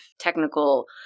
technical